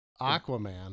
Aquaman